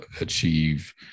achieve